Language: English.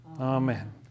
Amen